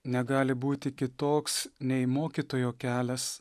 negali būti kitoks nei mokytojo kelias